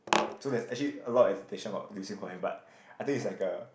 so there's actually a lot of education about but I think is like a